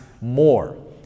more